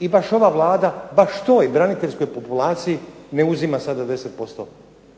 i baš ova Vlada baš toj braniteljskoj populaciji ne uzima sada 10%